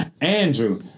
Andrew